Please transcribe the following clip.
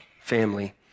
family